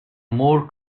more